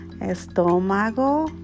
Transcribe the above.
estómago